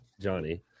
Johnny